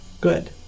good